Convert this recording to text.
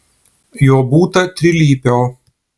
jo būta trilypio